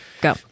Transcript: Go